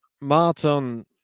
Martin